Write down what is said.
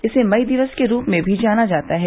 इसे मई दिवस के रूप में भी जाना जाता है